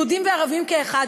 יהודים וערבים כאחד,